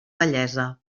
vellesa